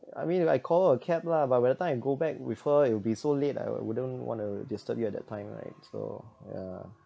I mean I call her a cab lah but by the time I go back with her it'll be so late I wouldn't want to disturb you at that time right so ya